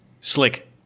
Slick